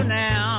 now